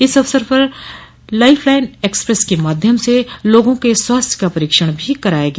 इस अवसर पर लाइफ लाइन एक्सप्रेस के माध्यम से लोगों के स्वास्थ्य का परीक्षण भी कराया गया